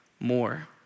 more